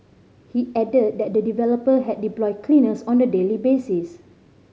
he added that the developer had deployed cleaners on a daily basis